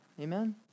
amen